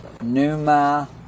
Numa